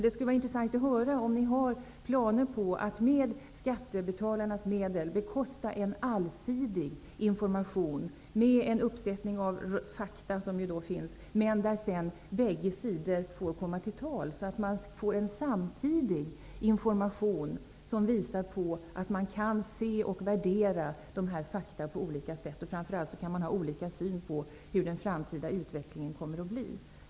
Det skulle vara intressant att få höra om ni har planer på att med skattebetalarnas medel bekosta en allsidig information med den uppsättning fakta som finns, men där också båda sidor får komma till tals så att man får en samtidig information som visar på att man kan se och värdera dessa fakta på olika sätt och att man framför allt kan ha olika syn på den framtida utvecklingen.